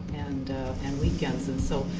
and and weekends. and so,